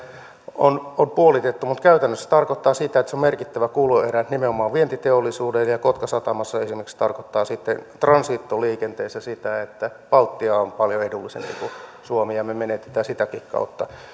on on puolitettu mutta käytännössä se tarkoittaa sitä että se on merkittävä kuluerä nimenomaan vientiteollisuudelle ja kotkan satamassa esimerkiksi se tarkoittaa sitten transitoliikenteessä sitä että baltia on paljon edullisempi kuin suomi ja me menetämme sitäkin kautta